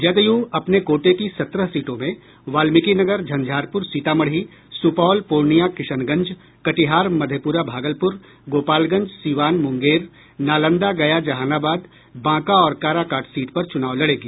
जदयू अपने कोटे की सत्रह सीटों में वाल्मीकिनगर झंझारपुर सीतामढ़ी सुपौल पूर्णियां किशनगंज कटिहार मधेपुरा भागलपुर गोपालगंज सीवान मुंगेर नालंदा गया जहानाबाद बांका और काराकाट सीट पर चुनाव लड़ेगी